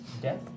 death